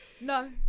no